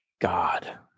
God